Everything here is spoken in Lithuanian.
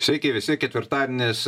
sveiki visi ketvirtadienis